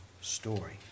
story